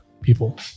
people